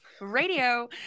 radio